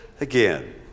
again